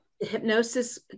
Hypnosis